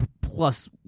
plus